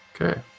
Okay